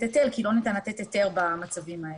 היטל כי לא ניתן לתת היתר במצבים האלה.